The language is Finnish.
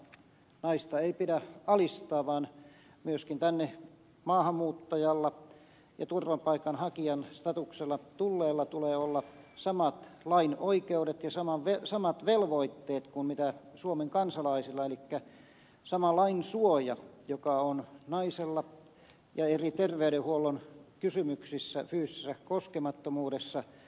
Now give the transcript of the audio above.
naista ei pidä alistaa vaan myöskin maahanmuuttajan ja turvapaikanhakijan statuksella tulleella tulee olla samat lain oikeudet ja samat velvoitteet kuin suomen kansalaisilla elikkä sama lain suoja joka on naisella ja eri terveydenhuollon kysymyksissä fyysisessä koskemattomuudessa